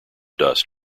dust